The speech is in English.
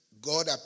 God